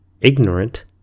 ignorant